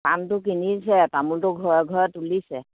পাণটো কিনিছে তামোলটো ঘৰে ঘৰে তুলিছে